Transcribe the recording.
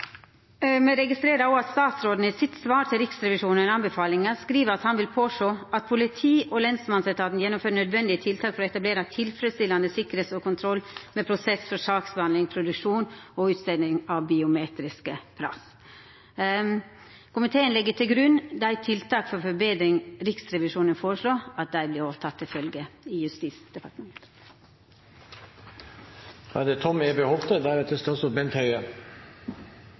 registrerer at statsråden i sitt svar til Riksrevisjonens anbefalinger skriver at han vil påse «at politi- og lensmannsetaten gjennomfører nødvendige tiltak for å etablere en tilfredsstillende sikkerhet og kontroll med prosessen for saksbehandling, produksjon og utstedelse av biometriske pass.»» Vidare står det innstillinga: «Komiteen legger til grunn de tiltak for forbedring Riksrevisjonen foreslår blir tatt til følge.»